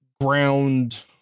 ground